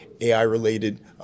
AI-related